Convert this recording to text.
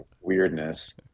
weirdness